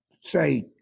say